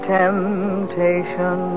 temptation